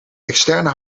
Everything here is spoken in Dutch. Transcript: externe